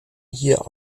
hier